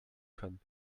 können